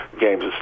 games